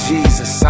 Jesus